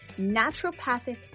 naturopathic